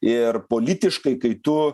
ir politiškai kai tu